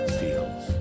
feels